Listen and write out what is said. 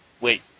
Wait